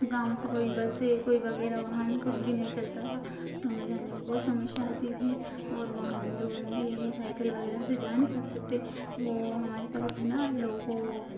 गाँव से कोई बस है कोई वगैरह वाहन कुछ भी नहीं चलता था तो हमें जाने में बहुत समस्या आती थी और वहाँ हम जो यह है साइकल वगैरह से जा नहीं सकते थे वो हमारे तरफ भी ना लोगों